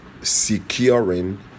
securing